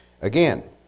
Again